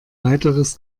weiteres